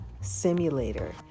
simulator